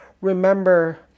Remember